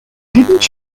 didn’t